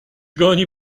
goni